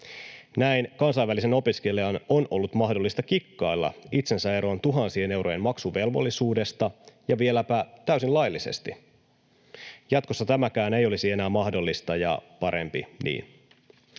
Näin kansainvälisen opiskelijan on ollut mahdollista kikkailla itsensä eroon tuhansien eurojen maksuvelvollisuudesta ja vieläpä täysin laillisesti. Jatkossa tämäkään ei olisi enää mahdollista, ja parempi niin.